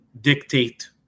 dictate